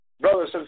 brothers